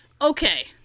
Okay